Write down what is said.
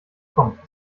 kommt